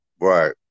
Right